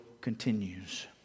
continues